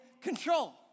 control